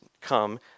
come